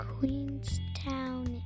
Queenstown